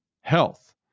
health